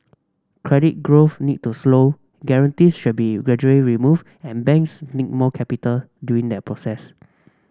credit growth need to slow guarantees should be gradually removed and banks need more capital during that process